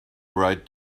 write